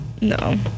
no